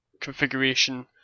configuration